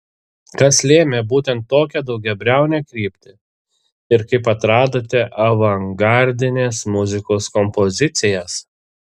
kas lėmė būtent tokią daugiabriaunę kryptį ir kaip atradote avangardinės muzikos kompozicijas